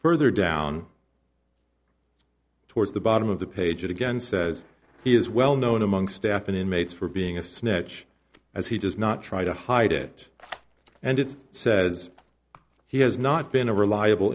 further down towards the bottom of the page again says he is well known among staff and inmates for being a snitch as he does not try to hide it and it says he has not been a reliable